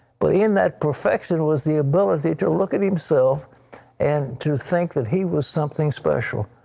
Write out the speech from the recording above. but in that perfection was the ability to look at himself and to think that he was something special.